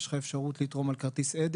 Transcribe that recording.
אתה נכנס ויש לך אפשרות לתרום על כרטיס אדי.